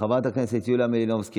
חברת הכנסת יוליה מלינובסקי,